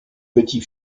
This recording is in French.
petit